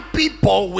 people